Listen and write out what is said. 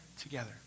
together